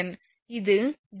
இது δ 0